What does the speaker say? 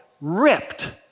ripped